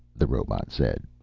the robot said.